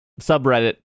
subreddit